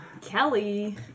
Kelly